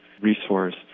resource